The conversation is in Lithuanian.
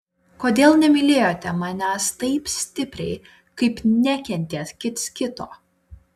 kodėl nemylėjote manęs taip stipriai kaip nekentėt kits kito